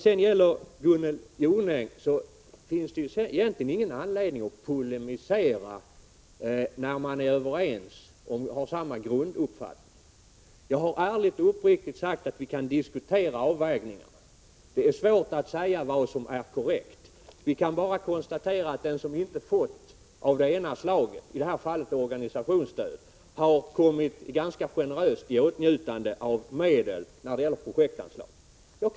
Till Gunnel Jonäng vill jag säga, att det egentligen inte finns någon anledning att polemisera, när vi är överens och har samma grunduppfattning. Jag har ärligt och uppriktigt sagt att vi kan diskutera avvägningarna. Det är svårt att säga vad som är korrekt. Vi kan bara konstatera att den som inte fått pengar av det ena slaget — i det här fallet organisationsstöd — har ganska generöst kommit i åtnjutande av medel när det gäller projektanslag.